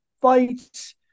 fights